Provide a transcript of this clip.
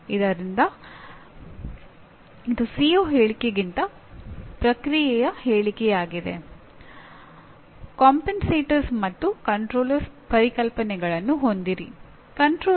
ಆದ್ದರಿಂದ ನಾವು Glaser model of ಟೀಚಿಂಗ್ನ ವೈಶಿಷ್ಟ್ಯಗಳನ್ನು ಪ್ರಸ್ತುತಪಡಿಸುತ್ತೇವೆ